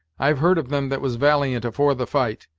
i've heard of them that was valiant afore the fight,